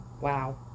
wow